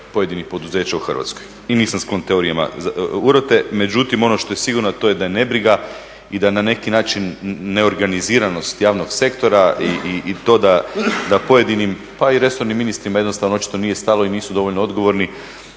pojedinih poduzeća u Hrvatskoj i nisam sklon teorijama urote, međutim ono što je sigurno a to je da nebriga i da na neki način neorganiziranost javnog sektora i to da pojedinim pa i resornim ministrima jednostavno očito nije stalo i nisu dovoljno odgovorni,